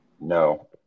No